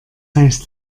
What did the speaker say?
heißt